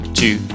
two